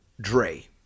Dre